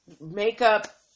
makeup